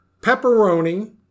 Pepperoni